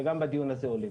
וגם בדיון הזה עולים.